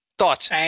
Thoughts